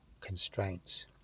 constraints